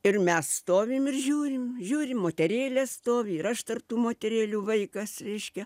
ir mes stovim ir žiūrim žiūrim moterėlės stovi ir aš tarp tų moterėlių vaikas reiškia